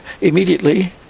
immediately